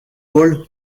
paul